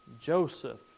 Joseph